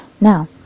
now